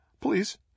Please